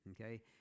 okay